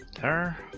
there.